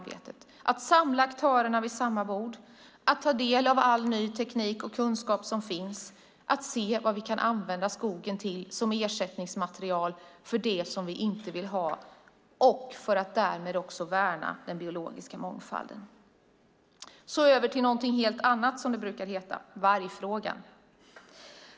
Det handlar om att samla aktörerna vid samma bord, att ta del av all ny teknik och kunskap som finns, att se vad vi kan använda skogen till som ersättningsmaterial för det vi inte vill ha och för att därmed också värna den biologiska mångfalden. Så över till något helt annat: vargfrågan.